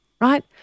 right